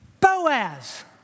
Boaz